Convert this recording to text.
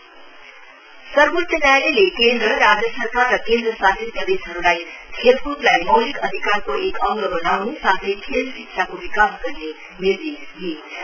SC notice सर्वोच्य न्यायालयले केन्द्र राज्य सरकार र केन्द्र शासित प्रदेशहरूलाई खेलक्दलाई मौलिक अधिकारको एक अंग बनाउने साथै खेल शिक्षाको विकास गर्ने निर्देश दिएको छ